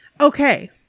okay